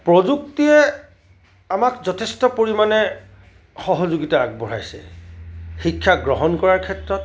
প্ৰযুক্তিয়ে আমাক যথেষ্ট পৰিমাণে সহযোগিতা আগবঢ়াইছে শিক্ষা গ্ৰহণ কৰা ক্ষেত্ৰত